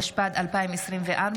התשפ"ד 2024,